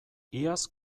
iaz